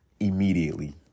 immediately